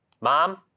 mom